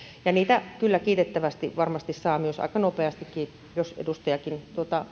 ja niitä kyllä kiitettävästi varmasti saa myös aika nopeastikin jos edustajakin